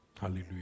Hallelujah